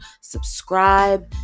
subscribe